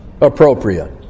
appropriate